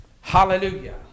Hallelujah